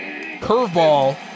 Curveball